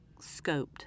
scoped